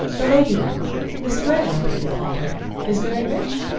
the lady then miss grey i think you called her is very rich?